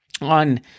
on